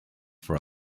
for